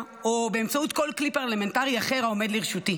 או באמצעות כל כלי פרלמנטרי אחר העומד לרשותי.